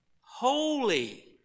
holy